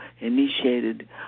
initiated